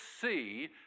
see